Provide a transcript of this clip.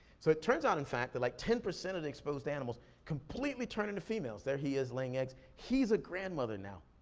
so it turns out in fact that like ten percent of the exposed animals completely turn into females. there he is, laying eggs, he's a grandmother now.